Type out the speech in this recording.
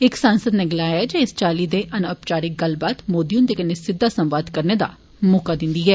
इक सांसद नै गलाया जे इस चाली दी अनऔपचारिक गल्लबात मोदी हुन्दे कन्नै सिद्धा संवाद करने दा मौका दिन्दी ऐ